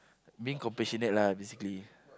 being compassionate lah basically